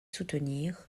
soutenir